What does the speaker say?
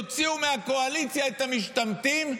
תוציאו מהקואליציה את המשתמטים,